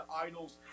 idols